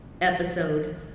episode